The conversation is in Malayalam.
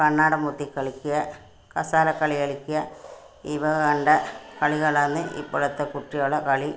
കണ്ണാടം പൊത്തി കളിക്കുക കസേരക്കളി കളിക്കുക ഈ വക കണ്ട കളികളാണ് ഇപ്പോഴത്തെ കുട്ടികളെ കളി